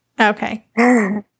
Okay